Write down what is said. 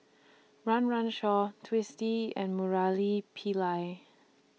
Run Run Shaw Twisstii and Murali Pillai